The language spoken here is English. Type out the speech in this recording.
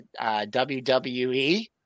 WWE